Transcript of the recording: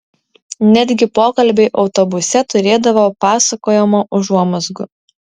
netgi pokalbiai autobuse turėdavo pasakojimo užuomazgų